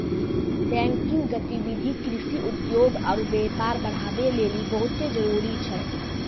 banking गतिविधि कृषि, उद्योग आरु व्यापार बढ़ाबै लेली बहुते जरुरी छै